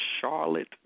Charlotte